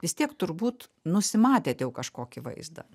vis tiek turbūt nusimatėt jau kažkokį vaizdą